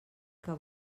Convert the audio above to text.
que